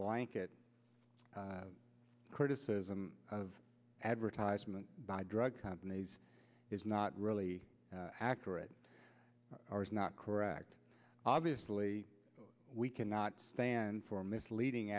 blanket criticism of advertisement by drug companies is not really accurate or is not correct obviously we cannot stand for misleading